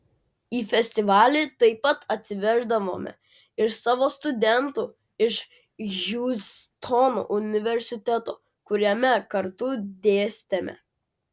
į festivalį taip pat atsiveždavome ir savo studentų iš hjustono universiteto kuriame kartu dėstėme